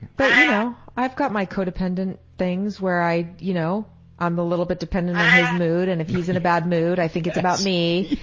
but you know, i've got my co-dependent things where you know i'm a little bit dependent on his mood and if he's in a bad mood i think it's about me,